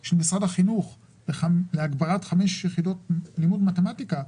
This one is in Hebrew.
של משרד החינוך להגברת חמש יחידות לימוד מתמטיקה,